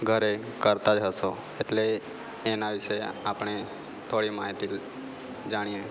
ઘરે કરતાં જ હશો એટલે એના વિશે આપણે થોડી માહિતી જાણીએ